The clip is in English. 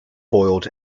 foiled